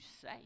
say